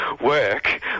work